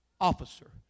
officer